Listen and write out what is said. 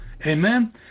Amen